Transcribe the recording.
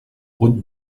route